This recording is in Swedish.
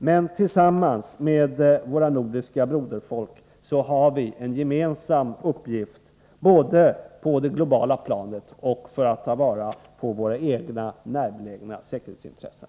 Men tillsammans med våra nordiska broderfolk har vi en gemensam uppgift både på det globala planet och för att ta vara på våra egna närbelägna säkerhetsintressen.